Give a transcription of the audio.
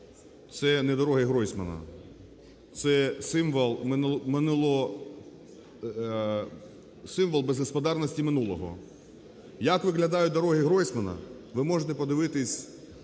це не дороги Гройсмана, це символ безгосподарності минулого. Як виглядають дороги Гройсмана, ви можете подивитись